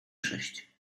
sześć